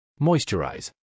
Moisturize